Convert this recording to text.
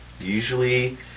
Usually